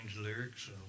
lyrics